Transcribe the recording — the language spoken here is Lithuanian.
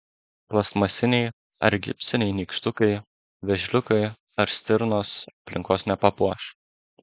plastmasiniai ar gipsiniai nykštukai vėžliukai ar stirnos aplinkos nepapuoš